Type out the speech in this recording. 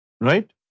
right